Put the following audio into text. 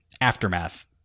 aftermath